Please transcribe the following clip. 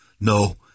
No